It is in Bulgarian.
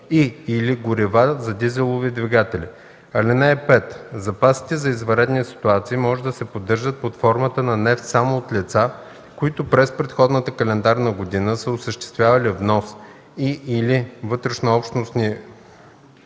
и/или горива за дизелови двигатели. (5) Запасите за извънредни ситуации може да се поддържат под формата на нефт само от лица, които през предходната календарна година са осъществявали внос и/или вътрешнообщностни